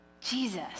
Jesus